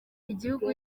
igihugu